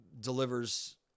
delivers